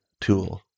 tool